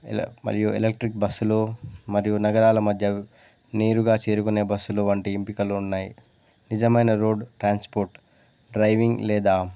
ఎ మరియు ఎలక్ట్రిక్ బస్సులు మరియు నగరాల మధ్య నేరుగా చేరుకునే బస్సులు వంటి ఎంపికలు ఉన్నాయి నిజమైన రోడ్ ట్రాన్స్పోర్ట్ డ్రైవింగ్ లేదా